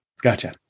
Gotcha